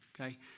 okay